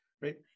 right